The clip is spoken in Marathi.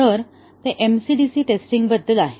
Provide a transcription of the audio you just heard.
तर ते MCDC टेस्टिंग बद्दल आहे